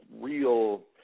real